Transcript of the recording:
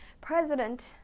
President